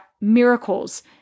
miracles